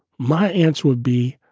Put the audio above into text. my answer would be,